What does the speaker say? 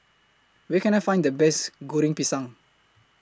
Where Can I Find The Best Goreng Pisang